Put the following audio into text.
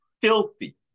filthy